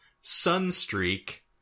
Sunstreak